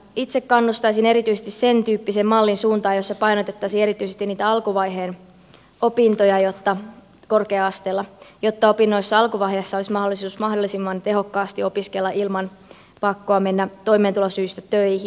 itse kannustaisin erityisesti sen tyyppisen mallin suuntaan jossa painotettaisiin erityisesti niitä alkuvaiheen opintoja korkea asteella jotta opinnoissa alkuvaiheessa olisi mahdollisuus mahdollisimman tehokkaasti opiskella ilman pakkoa mennä toimeentulosyistä töihin